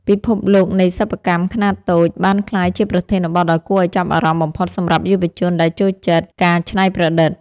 ពិភពលោកនៃសិប្បកម្មខ្នាតតូចបានក្លាយជាប្រធានបទដ៏គួរឱ្យចាប់អារម្មណ៍បំផុតសម្រាប់យុវជនដែលចូលចិត្តការច្នៃប្រឌិត។